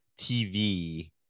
TV